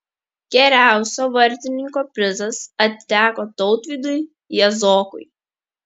geriausio vartininko prizas atiteko tautvydui jazokui